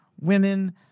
women